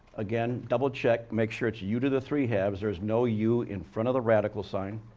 again, double check, make sure it's u to the three halves. there's no u in front of the radical sign.